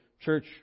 church